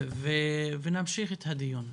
ונמשיך את הדיון.